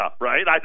right